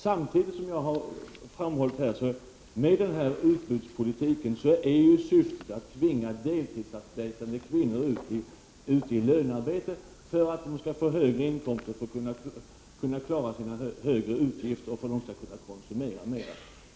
Samtidigt har jag framhållit här att syftet med den här utbudspolitiken är att tvinga deltidsarbetande kvinnor ut i lönearbete så att de skall få högre inkomster för att kunna klara sina högre utgifter och för att kunna konsumera mer.